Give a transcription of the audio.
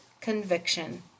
conviction